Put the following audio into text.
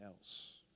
else